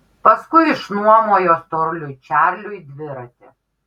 paskui išnuomojo storuliui čarliui dviratį